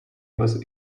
was